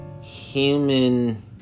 human